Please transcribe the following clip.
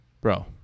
Bro